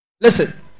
listen